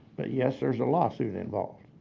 but yes, there's a lawsuit involved.